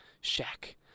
shack